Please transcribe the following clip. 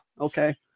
Okay